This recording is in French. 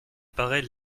paraît